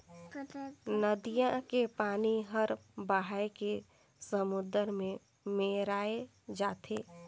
नदिया के पानी हर बोहाए के समुन्दर में मेराय जाथे